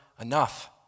enough